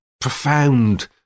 profound